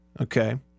Okay